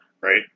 Right